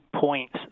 points